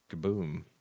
kaboom